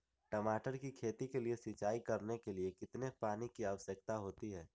टमाटर की खेती के लिए सिंचाई करने के लिए कितने पानी की आवश्यकता होती है?